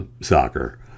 soccer